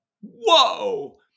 whoa